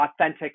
authentic